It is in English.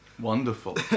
Wonderful